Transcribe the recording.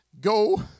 go